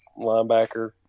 linebacker